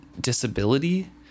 disability